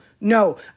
no